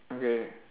okay